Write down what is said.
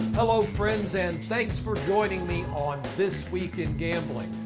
hello friends. and thanks for joining me on this week in gambling!